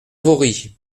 vaury